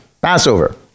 Passover